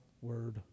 Word